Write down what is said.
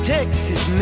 Texas